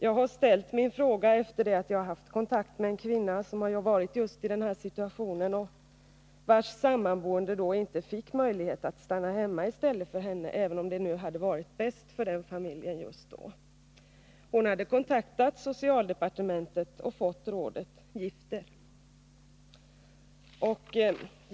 Jag har ställt min fråga efter det att jag har haft kontakt med en kvinna som har varit just i den här situationen och vars sammanboende inte fick möjlighet att stanna hemma i stället för henne, även om det hade varit bäst för den familjen just då. Hon hade kontaktat socialdepartementet och fått rådet: Gift er!